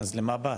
--- אז למה באת?